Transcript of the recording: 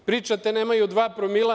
Pričate da nemaju dva promila.